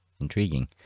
Intriguing